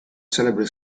celebre